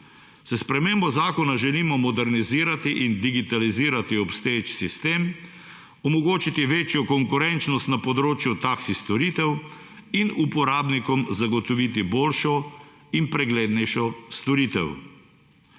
S spremembo zakona želimo modernizirati in digitalizirati obstoječi sistem, omogočiti večjo konkurenčnost na področju taksi storitev in uporabnikom zagotoviti boljšo in preglednejšo storitev.